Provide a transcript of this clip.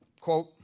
quote